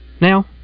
Now